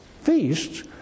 feasts